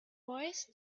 boys